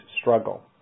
struggle